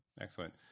Excellent